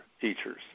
teachers